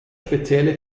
spezielle